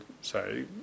say